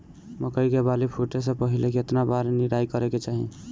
मकई मे बाली फूटे से पहिले केतना बार निराई करे के चाही?